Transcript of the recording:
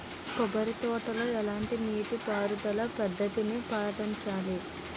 కొబ్బరి తోటలో ఎలాంటి నీటి పారుదల పద్ధతిని పాటించాలి?